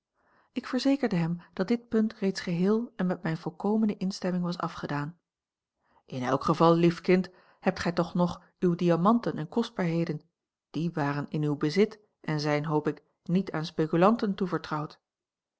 ik verzekerde hem dat dit punt reeds geheel en met mijne volkomene instemming was afgedaan in elk geval lief kind hebt gij toch nog uwe diamanten en kostbaarheden die waren in uw bezit en zijn hoop ik niet aan speculanten toevertrouwd